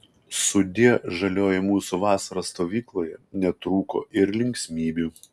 sudie žalioji mūsų vasara stovykloje netrūko ir linksmybių